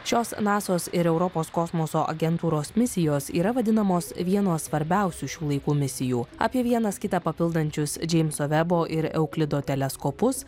šios nasos ir europos kosmoso agentūros misijos yra vadinamos vienos svarbiausių šių laikų misijų apie vienas kitą papildančius džeimso vebo ir euklido teleskopus